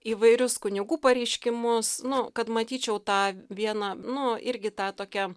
įvairius kunigų pareiškimus nu kad matyčiau tą vieną nu irgi tą tokią